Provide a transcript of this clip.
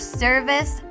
service